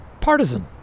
partisan